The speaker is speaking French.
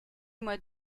mois